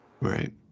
Right